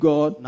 God